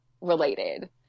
related